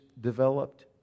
developed